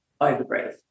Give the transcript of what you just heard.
overbreathe